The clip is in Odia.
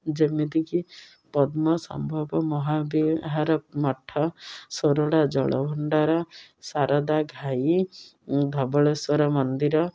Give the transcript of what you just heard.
ଯେମିତିକି ପଦ୍ମ ସମ୍ଭବ ମହାବିହାର ମଠ ସୋରଳା ଜଳଭଣ୍ଡାର ସାରଦା ଘାଇ ଧବଳେଶ୍ୱର ମନ୍ଦିର